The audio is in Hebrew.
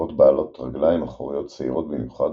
הנקבות בעלות רגליים אחוריות שעירות במיוחד,